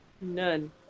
None